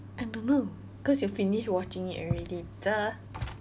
I don't know cause you finish watching it already !duh!